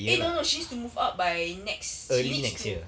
eh no no she needs to move out by next she needs to